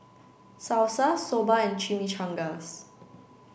Salsa Soba and Chimichangas